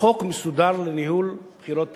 חוק מסודר לניהול בחירות פנימיות,